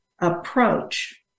approach